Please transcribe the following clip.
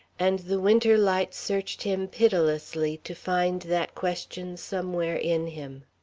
and the winter light searched him pitilessly to find that question somewhere in him.